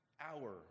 hour